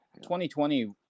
2020